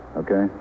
okay